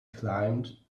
climbed